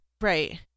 Right